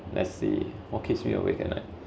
let's see what keeps me awake at night